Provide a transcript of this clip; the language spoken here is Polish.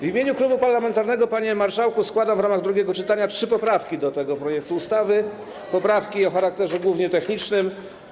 W imieniu klubu parlamentarnego, panie marszałku, składam w ramach drugiego czytania trzy poprawki do tego projektu ustawy, poprawki o charakterze głównie technicznym.